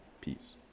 Peace